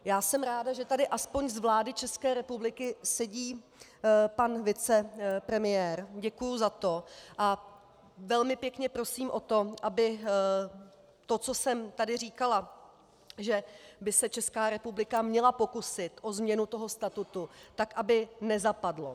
Já jsem ráda, že tady aspoň z vlády České republiky sedí pan vicepremiér, děkuji za to a velmi pěkně prosím o to, aby to, co jsem tady říkala, že by se Česká republika měla pokusit o změnu toho statutu, nezapadlo.